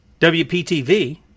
WPTV